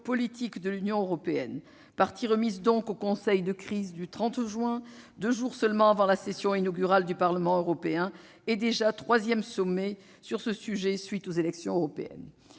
politique de l'Union européenne. Partie remise, donc, au sommet de crise du 30 juin, deux jours seulement avant la session inaugurale du Parlement européen- troisième sommet depuis les élections européennes,